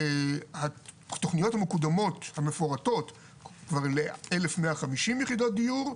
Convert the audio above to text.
התוכניות המקודמות והמפורטות כבר לאלף מאה חמישים יחידות דיור,